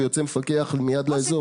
ויוצא מיד מפקח לאזור.